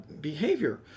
behavior